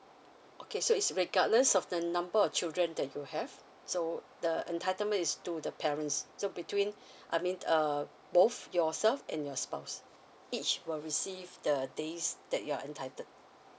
okay so it's regardless of the number of children that you have so the entitlement is to the parents so between I mean uh both yourself and your spouse each will receive the days that you are entitled